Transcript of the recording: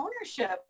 ownership